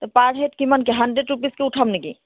পাৰ head কিমানকৈ hundred ৰুপিছকৈ উঠাম নেকি